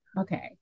Okay